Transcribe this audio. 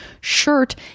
shirt